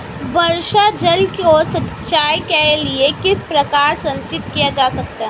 वर्षा जल को सिंचाई के लिए किस प्रकार संचित किया जा सकता है?